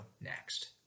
next